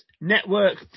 network